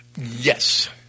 Yes